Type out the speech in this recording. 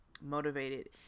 motivated